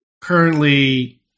currently